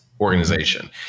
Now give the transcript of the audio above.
organization